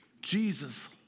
Jesus